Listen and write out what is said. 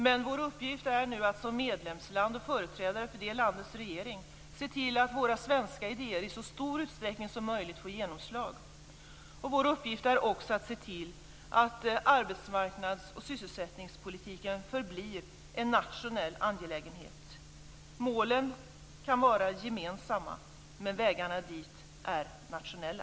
Men vår uppgift är nu att som medlemsland och företrädare för det landets regering se till att våra svenska idéer i så stor utsträckning som möjligt får genomslag. Vår uppgift är också att se till att arbetsmarknads och sysselsättningspolitiken förblir en nationell angelägenhet. Målen kan vara gemensamma, men vägarna dit är nationella.